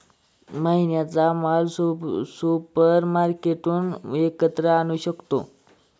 महिन्याचा माल सुपरमार्केटमधून एकत्र आणू शकतो